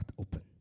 open